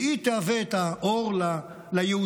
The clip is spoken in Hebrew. שהיא תהווה את האור ליהודים,